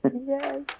Yes